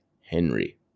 Henry